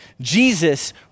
Jesus